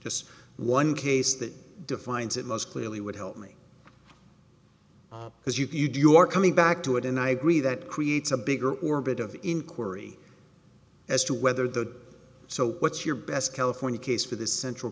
just one case that defines it most clearly would help me because you do you are coming back to it and i agree that creates a bigger orbit of inquiry as to whether the so what's your best california case for the central